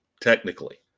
technically